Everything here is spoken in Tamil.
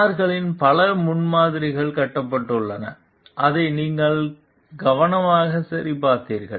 கார்களின் பல முன்மாதிரிகள் கட்டப்பட்டுள்ளன அதை நீங்கள் கவனமாக சரிபார்த்தீர்கள்